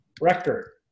record